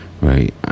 right